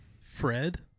Fred